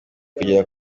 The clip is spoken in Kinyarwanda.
kugera